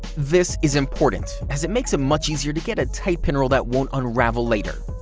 this is important, as it makes it much easier to get a tight pinroll that won't unravel later.